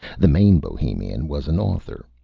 the main bohemian was an author.